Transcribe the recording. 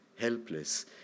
helpless